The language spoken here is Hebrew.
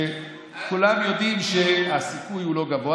כשכולם יודעים שהסיכוי הוא לא גבוה,